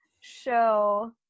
show